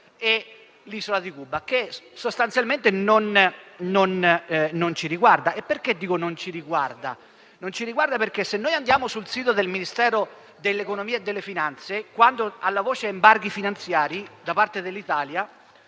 e l'isola di Cuba, che non ci riguarda. Perché dico che non ci riguarda? Non ci riguarda perché, se andiamo sul sito del Ministero dell'economia e delle finanze, notiamo che alla voce sugli embarghi finanziari da parte dell'Italia